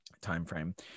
timeframe